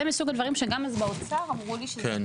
זה מסוג הדברים שבאוצר אמרו לי שזה אחד